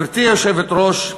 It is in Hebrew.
גברתי היושבת-ראש,